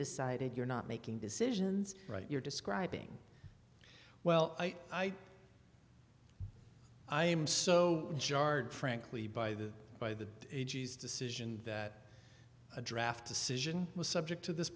decided you're not making decisions right you're describing well i i am so jarred frankly by the by the eighty's decision that a draft decision was subject to this